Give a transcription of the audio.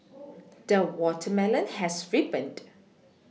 the watermelon has ripened